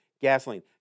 Gasoline